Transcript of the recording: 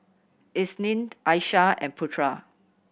Isnin Aishah and Putra